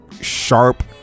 sharp